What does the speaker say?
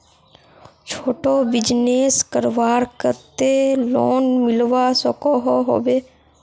छोटो बिजनेस करवार केते लोन मिलवा सकोहो होबे?